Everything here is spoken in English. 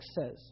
says